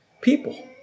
people